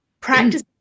practice